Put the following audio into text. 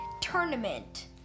tournament